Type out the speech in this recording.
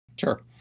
Sure